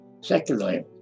Secondly